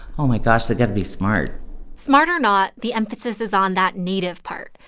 oh, my gosh. they've got to be smart smart or not, the emphasis is on that native part.